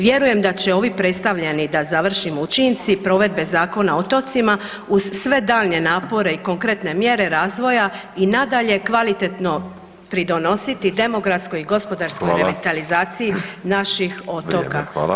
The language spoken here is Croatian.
Vjerujem da će ovi predstavljeni, da završim, učinci provedbe Zakona o otocima uz sve daljnje napore i konkretne mjere razvoja i nadalje kvalitetno pridonositi demografskoj i gospodarskoj revitalizaciji naših otoka.